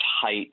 tight